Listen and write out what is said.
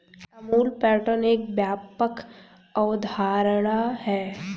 Amul pattern एक व्यापक अवधारणा है